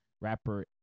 rapper